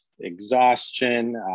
exhaustion